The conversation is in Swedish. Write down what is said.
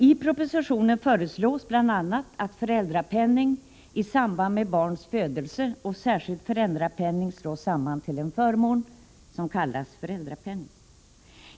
I propositionen föreslås bl.a. att föräldrapenning i samband med barns födelse och särskild föräldrapenning skall slås samman till en förmån som kallas föräldrapenning.